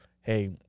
Hey